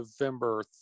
November